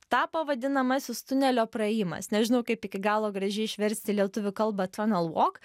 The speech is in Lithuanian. tapo vadinamasis tunelio praėjimas nežinau kaip iki galo gražiai išversti į lietuvių kalbą tunnel walk